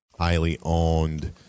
highly-owned